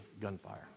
gunfire